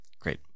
Great